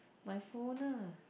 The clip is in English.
my phone ah